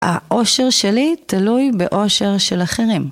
האושר שלי תלוי באושר של אחרים.